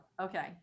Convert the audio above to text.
Okay